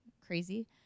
crazy